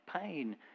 pain